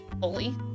fully